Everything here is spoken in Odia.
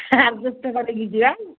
ଆଡ଼ଜଷ୍ଟ କରିକି ଯିବା